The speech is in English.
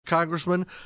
Congressman